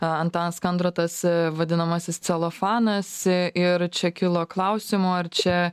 a antanas kandrotas vadinamasis celofanas ir čia kilo klausimų ar čia